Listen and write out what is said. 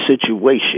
situation